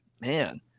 man